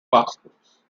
passports